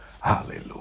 Hallelujah